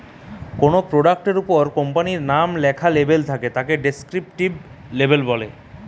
কোনো প্রোডাক্ট এর উপর কোম্পানির নাম লেখা লেবেল থাকে তাকে ডেস্ক্রিপটিভ লেবেল বলে